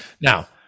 now